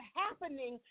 happening